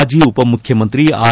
ಮಾಜಿ ಉಪ ಮುಖ್ಯಮಂತ್ರಿ ಆರ್